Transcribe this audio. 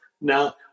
Now